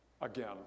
again